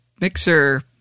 mixer